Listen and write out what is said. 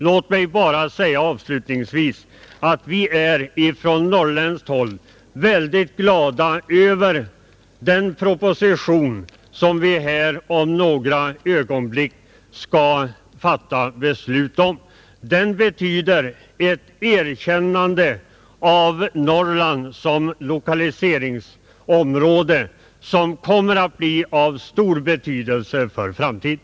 Låt mig sedan avslutningsvis säga att vi från norrländskt håll är mycket glada över den proposition som vi om några ögonblick skall fatta beslut om, Den betyder ett erkännande av Norrland som lokaliseringsområde, som kommer att bli av stor betydelse för framtiden.